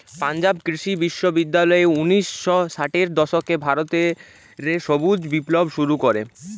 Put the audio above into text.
পাঞ্জাব কৃষি বিশ্ববিদ্যালয় উনিশ শ ষাটের দশকে ভারত রে সবুজ বিপ্লব শুরু করে